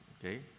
Okay